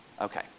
Okay